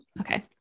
Okay